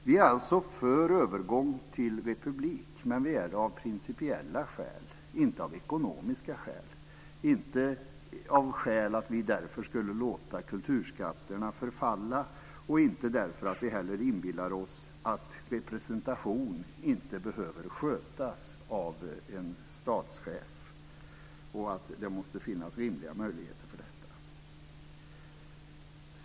Vi är alltså för övergång till republik, men vi är det av principiella skäl, inte av ekonomiska skäl och inte av sådana skäl att vi därför skulle låta kulturskatterna förfalla och inte heller därför att vi inbillar oss att representation inte behöver skötas av en statschef. Det måste finnas rimliga möjligheter för detta.